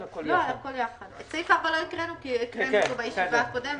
הצבעה אושר הצעת החוק אושרה כפי שהוקראה על ידי היועצת המשפטית.